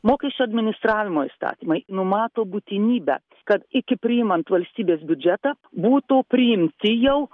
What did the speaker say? mokesčių administravimo įstatymai numato būtinybę kad iki priimant valstybės biudžetą būtų priimti jau